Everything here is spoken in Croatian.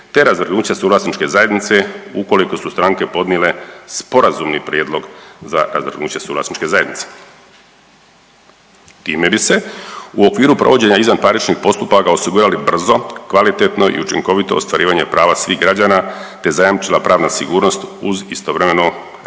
te razvrgnuće suvlasničke zajednice ukoliko su stranke podnijele sporazumni prijedlog za razvrgnuće suvlasničke zajednice. Time bi se u okviru provođenja izvanparničnih postupaka osigurali brzo, kvalitetno i učinkovito ostvarivanje prava svih građana te zajamčila pravna sigurnost uz istovremeno rasterećenje